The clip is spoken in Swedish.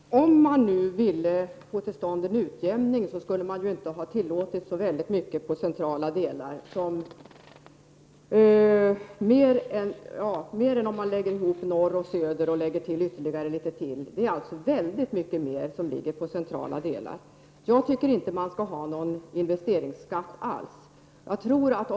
Herr talman! Om man nu ville få till stånd en utjämning skulle man inte ha tillåtit så mycket i centrala delar. För att komma upp i samma omfattning måste man lägga ihop norr och söder och ytterligare litet till. Det rör sig således om väldigt mycket mer i den centrala delen. Jag tycker inte att man skall ha någon investeringsskatt över huvud taget.